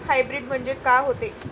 Hybrid म्हनजे का होते?